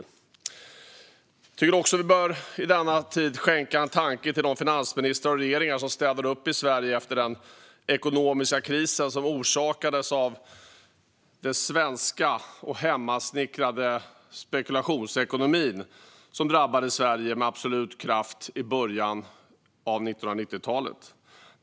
Jag tycker också att vi i denna tid bör skänka en tanke till de finansministrar och regeringar som städade upp i Sverige efter den ekonomiska kris som orsakades av den svenska, hemmasnickrade spekulationsekonomin och som drabbade Sverige med absolut kraft i början av 1990-talet.